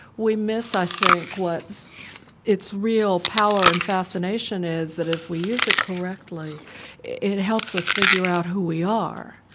we miss i think what its real power and fascination is, that if we use it correctly it helps us figure out who we are.